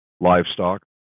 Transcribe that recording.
livestock